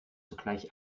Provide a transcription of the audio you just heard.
sogleich